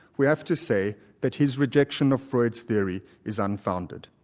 we have to say that his rejection of freud's theory is unfounded.